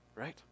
right